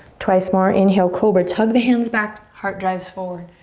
twice more. inhale, cobra. tug the hands back. heart drives forward.